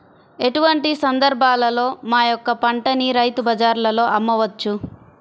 ఎటువంటి సందర్బాలలో మా యొక్క పంటని రైతు బజార్లలో అమ్మవచ్చు?